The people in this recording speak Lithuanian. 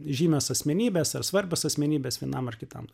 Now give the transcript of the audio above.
žymios asmenybės ar svarbios asmenybės vienam ar kitam